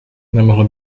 nemohl